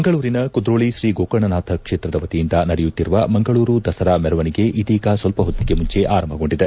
ಮಂಗಳೂರಿನ ಕುದ್ರೋಳಿ ಶ್ರೀ ಗೋಕರ್ಣನಾಥ ಕ್ಷೇತ್ರದ ವತಿಯಿಂದ ನಡೆಯುತ್ತಿರುವ ಮಂಗಳೂರು ದಸರಾ ಮೆರವಣಿಗೆ ಇದೀಗ ಸ್ವಲ್ಪ ಹೊತ್ತಿಗೆ ಮುಂಚೆ ಅರಂಭಗೊಂಡಿದೆ